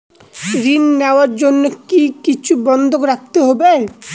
ঋণ নেওয়ার জন্য কি কিছু বন্ধক রাখতে হবে?